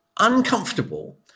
uncomfortable